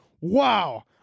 Wow